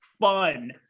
fun